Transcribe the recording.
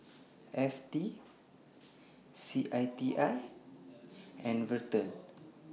F T C I T I and Vital